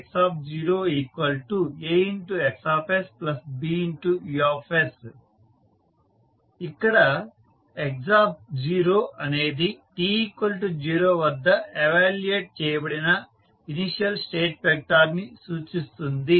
sXs x0AXsBUs ఇక్కడ xఅనేది t0వద్ద ఇవాల్యూయేట్ చేయబడిన ఇనీషియల్ స్టేట్ వెక్టార్ ని సూచిస్తుంది